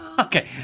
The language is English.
okay